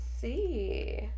see